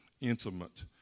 intimate